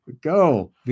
go